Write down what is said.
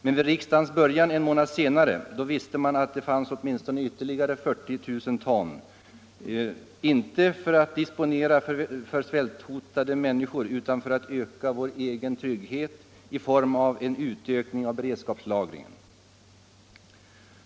Men vid riksdagens början en månad senare visste man att det fanns ytterligare 35 40 000 ton — inte att disponera för svälthotade människor utan för att öka vår egen trygghet i form av en utökning av beredskapslagringen.